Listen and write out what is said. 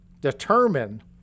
determine